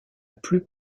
plus